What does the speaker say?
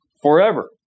Forever